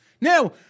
Now